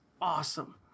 awesome